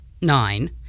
nine